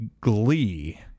Glee